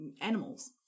animals